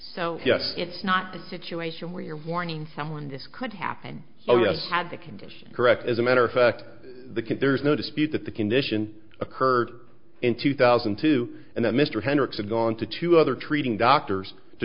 so yes it's not a situation where you're warning someone this could happen oh yes i had the condition correct as a matter of fact there's no dispute that the condition occurred in two thousand and two and that mr hendricks had gone to two other treating doctors to